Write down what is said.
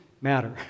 matter